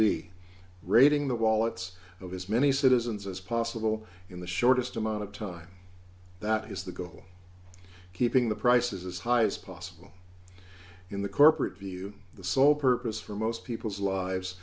be raiding the wallets of his many citizens as possible in the shortest amount of time that is the goal keeping the prices as high as possible in the corporate view the sole purpose for most people's lives